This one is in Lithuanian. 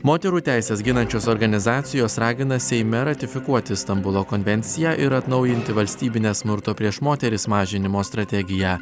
moterų teises ginančios organizacijos ragina seime ratifikuoti stambulo konvenciją ir atnaujinti valstybinę smurto prieš moteris mažinimo strategiją